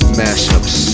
mashups